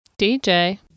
DJ